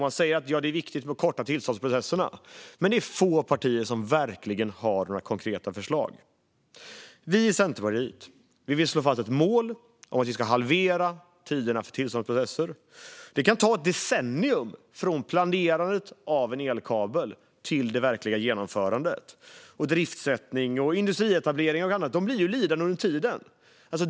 Man säger att det är viktigt att förkorta tillståndsprocesserna, men det är få partier som verkligen har några konkreta förslag. Vi i Centerpartiet vill slå fast ett mål om att vi ska halvera tiderna för tillståndsprocesser. Det kan ta ett decennium från planerandet av en elkabel till det verkliga genomförandet. Driftsättning, industrietablering och annat blir ju lidande under tiden.